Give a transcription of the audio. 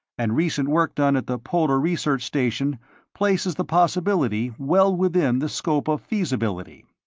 and recent work done at the polar research station places the possibility well within the scope of feasibility.